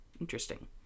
Interesting